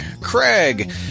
Craig